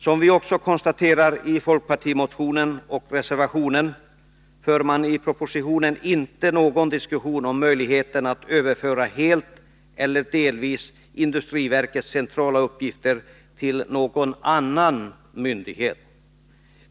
Som vi också konstaterar i folkpartimotionen och i reservationen för man i propositionen inte någon diskussion om möjligheterna att överföra industriverkets centrala uppgifter helt eller delvis till någon annan myndighet.